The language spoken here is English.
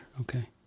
Okay